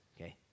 okay